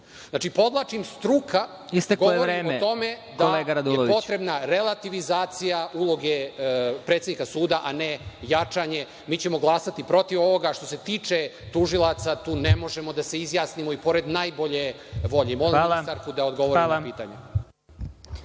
Radulović** Struka govori o tome da je potrebna relativizacija uloge predsednika suda, a ne jačanje. Mi ćemo glasati protiv ovoga. Što se tiče tužilaca, tu ne možemo da se izjasnimo i pored najbolje volje. Molim ministarku da odgovori na pitanja.